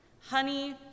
honey